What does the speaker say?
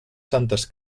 santes